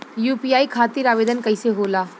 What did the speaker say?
UPI खातिर आवेदन कैसे होला?